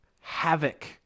havoc